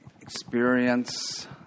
experience